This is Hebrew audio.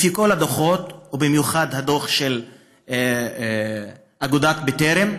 לפי כל הדוחות ובמיוחד הדוח של אגודת בטרם,